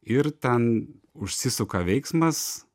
ir ten užsisuka veiksmas